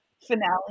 finale